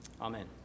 amen